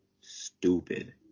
Stupid